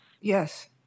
Yes